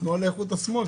זה התנועה לאיכות השמאל,